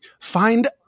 find